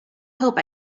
hope